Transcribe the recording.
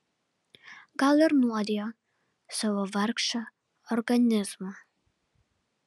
gal ir nuodija savo vargšą organizmą